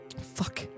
Fuck